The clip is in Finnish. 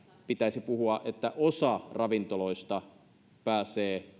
pitäisi puhua että osa ravintoloista pääsee